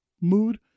mood